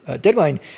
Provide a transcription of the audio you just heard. deadline